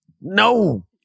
no